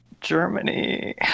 Germany